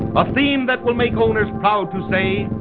a theme that will make owners proud to say,